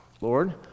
Lord